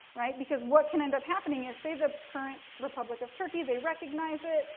right? because what can end up happening is, say the current republic of turkey, they recognize it,